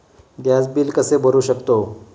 Gas bill कसे भरू शकतो?